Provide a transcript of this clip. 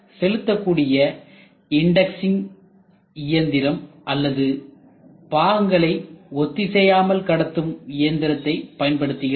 செலுத்தக்கூடிய இன்டெக்ஸ்சிங் இயந்திரம் அல்லது பாகங்களை ஒத்திசையாமல் கடத்தும் இயந்திரத்தை பயன்படுத்துகிறது